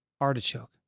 Artichoke